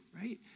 right